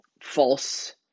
false